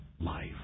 life